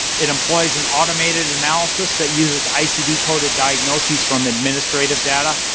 it employs an automated analysis that uses icd-coded diagnoses from administrative data.